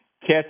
catch